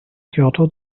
kyoto